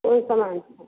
कौन सामान है